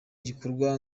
igikorwa